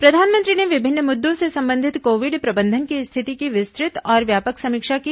प्रधानमंत्री ने विभिन्न मुद्दों से संबंधित कोविड प्रबंधन की स्थिति की विस्तृत और व्यापक समीक्षा की